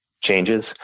changes